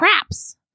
craps